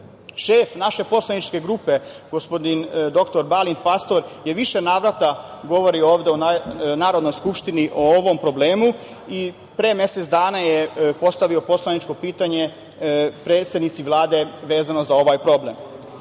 naše poslaničke grupe gospodin dr Balint Pastor je u više navrata govorio ovde u Narodnoj skupštini o ovom problemu i pre mesec dana je postavio poslaničko pitanje predsednici Vlade vezano za ovaj problem. Bez